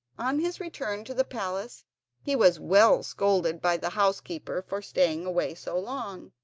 on his return to the palace he was well scolded by the housekeeper for staying away so long.